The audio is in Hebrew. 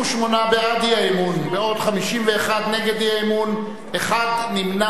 38 בעד האי-אמון, בעוד 51 נגד האי-אמון, אחד נמנע.